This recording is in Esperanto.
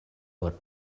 por